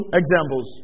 examples